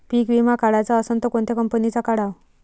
पीक विमा काढाचा असन त कोनत्या कंपनीचा काढाव?